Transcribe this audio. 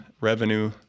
revenue